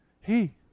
Hey